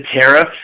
tariffs